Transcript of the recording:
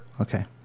Okay